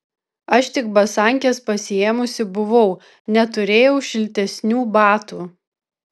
aš tik basankes pasiėmusi buvau neturėjau šiltesnių batų